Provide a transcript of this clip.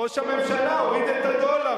ראש הממשלה הוריד את הדולר,